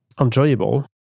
enjoyable